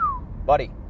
buddy